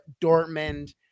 Dortmund